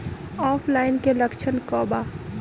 ऑफलाइनके लक्षण क वा?